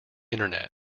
internet